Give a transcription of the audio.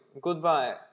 Goodbye